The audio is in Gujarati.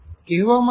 કેહવામા આવે છે